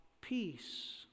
peace